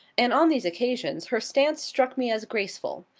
and on these occasions her stance struck me as graceful.